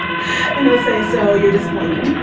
and i'll say, so you're disappointed?